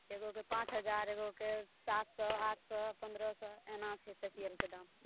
एगोके पाँच हजार एगोके सात सए आठ सए पन्द्रह सए एना छै फेसियलके दाम